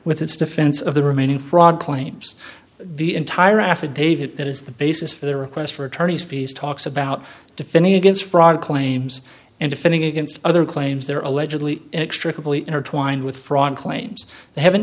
with its defense of the remaining fraud claims the entire affidavit that is the basis for their requests for attorney's fees talks about defending against fraud claims and defending against other claims that are allegedly extra complete intertwined with fraud claims they haven't